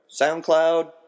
SoundCloud